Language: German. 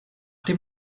dem